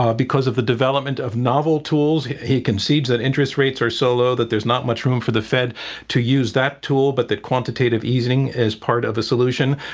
because of the development of novel tools. he concedes that interest rates are so low that there's not much room for the fed to use that tool, but that quantitative easing is part of the solution.